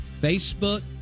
Facebook